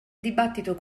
dibattito